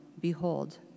behold